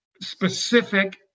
specific